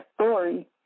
story